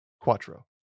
Quattro